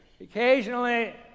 occasionally